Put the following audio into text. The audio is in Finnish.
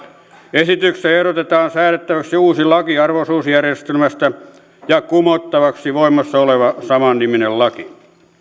esityksessä ehdotetaan säädettäväksi uusi laki arvo osuusjärjestelmästä ja kumottavaksi voimassa oleva samanniminen laki